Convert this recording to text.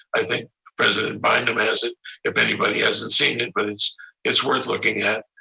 i think president bynum has it if anybody hasn't seen it, but it's it's worth looking at.